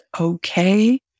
okay